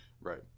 Right